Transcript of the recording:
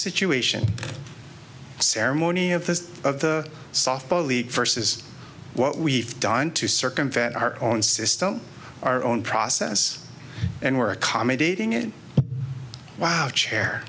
situation ceremony of the softball league versus what we've done to circumvent our own system our own process and we're accommodating it wow chair